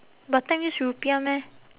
batam use rupiah meh